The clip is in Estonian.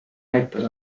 näitas